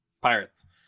Pirates